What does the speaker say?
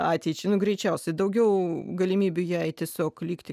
ateičiai nu greičiausiai daugiau galimybių jai tiesiog likti